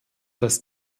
dass